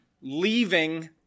leaving